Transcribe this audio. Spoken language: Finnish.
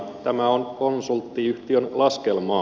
tämä on konsulttiyhtiön laskelmaa